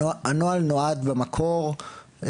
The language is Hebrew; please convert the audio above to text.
הנוהל נועד במקור,